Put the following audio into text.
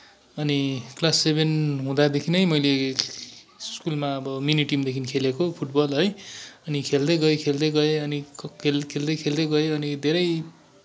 अनि class seven हुँदादेखि नै मैले स्कुलमा अब मिनी टिमदेखि खेलेको फुटबल है अनि खेल्दै गएँ खेल्दै गएँ अनि खेल खेल्दै खेल्दै गएँ अनि धेरै